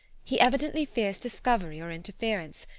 he evidently fears discovery or interference,